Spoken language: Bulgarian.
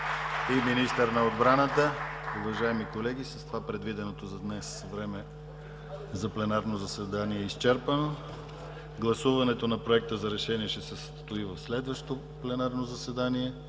и министър на отбраната. Уважаеми колеги, с това предвиденото за днес време за пленарно заседание е изчерпано. Гласуването на Проекта за решение ще се състои в следващо пленарно заседание.